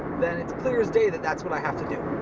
then it's clear as day that that's what i have to do.